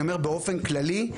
אני אומר באופן כללי.